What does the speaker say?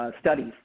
studies